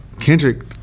Kendrick